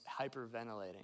hyperventilating